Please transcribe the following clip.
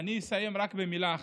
אני אסיים רק במילה אחת.